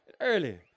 Early